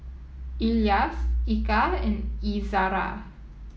Elyas Eka and Izzara